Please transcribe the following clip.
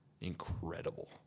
incredible